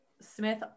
Smith